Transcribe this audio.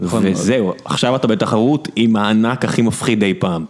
וזהו, עכשיו אתה בתחרות עם הענק הכי מפחיד אי פעם.